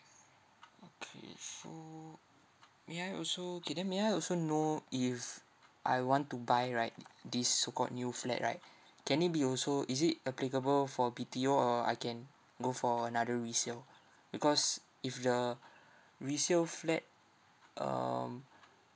okay so may I also K then may I also know if I want to buy right this so called new flat right can it be also is it applicable for B_T_O or I can go for another resale because if the resale flat um